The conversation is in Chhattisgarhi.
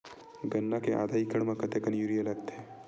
गन्ना के आधा एकड़ म कतेकन यूरिया लगथे?